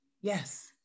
yes